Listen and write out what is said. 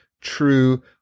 true